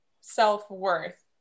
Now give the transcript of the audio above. self-worth